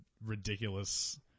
ridiculous